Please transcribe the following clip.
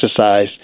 exercise